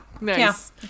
Nice